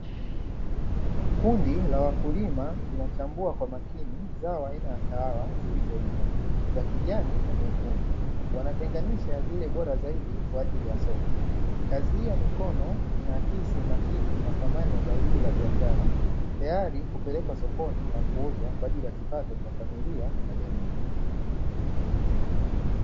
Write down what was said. Kundi kubwa la wakulima linachambua kwa makini zao aina la kahawa zilizoiva, za kijani na nyekundu wanatenganisha zile bora zaidi kwa ajili ya soko. Kazi hiii ya mikono, inaakisi umakini na thamani ya zao hilo la biashara, tayari kupelekwa sokoni na kuuzwa kwa ajili ya kipato cha familia na jamii.